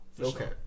Okay